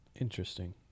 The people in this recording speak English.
Interesting